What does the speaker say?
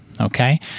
Okay